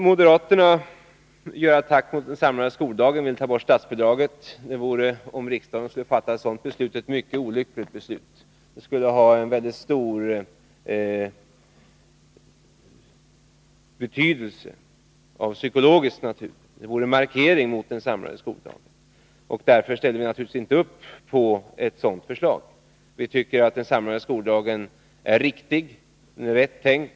Moderaterna gör en attack mot den samlade skoldagen och vill ta bort statsbidraget. Om riksdagen skulle fatta ett sådant beslut vore det mycket olyckligt. Det skulle betyda mycket psykologiskt — det vore en markering mot den samlade skoldagen. Därför ställer vi oss naturligtvis inte bakom ett sådant förslag. Vi tycker att den samlade skoldagen är riktig och rätt tänkt.